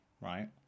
right